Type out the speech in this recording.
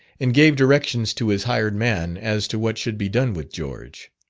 and gave directions to his hired man as to what should be done with george.